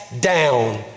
down